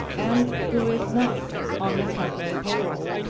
and who is not on the company payroll.